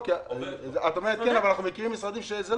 את אומרת כן, אבל אנחנו מכירים משרדים שלא.